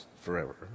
forever